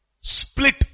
split